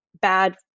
bad